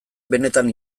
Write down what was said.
benetan